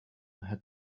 had